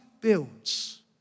builds